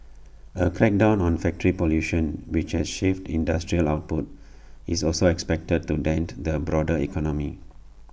A crackdown on factory pollution which has shaved industrial output is also expected to dent the broader economy